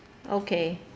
okay